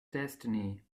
destiny